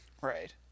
Right